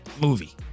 movie